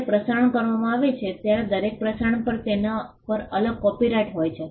જ્યારે પ્રસારણ કરવામાં આવે છે ત્યારે દરેક પ્રસારણ પર તેના પર અલગ કોપિરાઇટ હોય છે